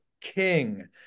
King